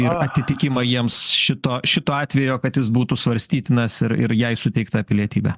į atitikimą jiems šito šito atvejo kad jis būtų svarstytinas ir ir jai suteikta pilietybė